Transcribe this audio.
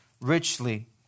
richly